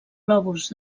globus